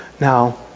now